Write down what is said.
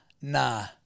nah